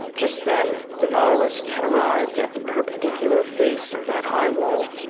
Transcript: just then the nautilus had arrived at the perpendicular face of that high wall.